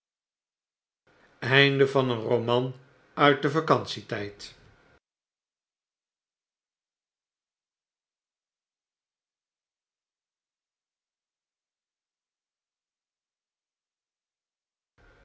m een roman uit den vacantie tijd